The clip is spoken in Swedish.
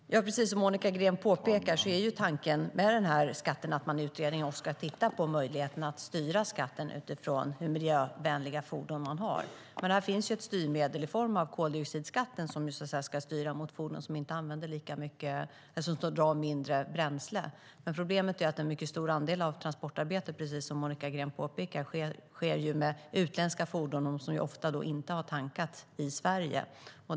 Herr talman! Precis som Monica Green påpekar är tanken att man i utredningen också ska titta på möjligheten att styra skatten utifrån hur miljövänliga fordonen är. Det finns ett styrmedel i form av koldioxidskatten som ska styra mot fordon som drar mindre bränsle. Men problemet är, vilket Monica Green också påpekade, att en mycket stor andel av transportarbetet sker med utländska fordon som ofta inte har tankat i Sverige.